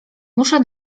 muszę